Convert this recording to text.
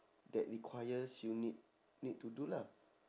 that requires you need need to do lah